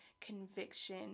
conviction